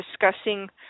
discussing